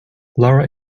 lara